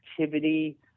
activity